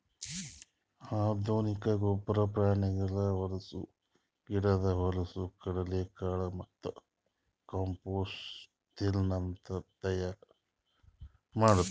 organic ಗೊಬ್ಬರ ಪ್ರಾಣಿಗಳ ಹೊಲಸು, ಗಿಡುದ್ ಹೊಲಸು, ಕಡಲಕಳೆ ಮತ್ತ ಕಾಂಪೋಸ್ಟ್ಲಿಂತ್ ತೈಯಾರ್ ಮಾಡ್ತರ್